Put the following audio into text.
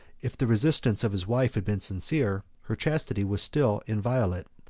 if the resistance of his wife had been sincere, her chastity was still inviolate,